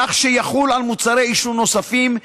כך שיחול על מוצרי עישון נוספים,